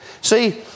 See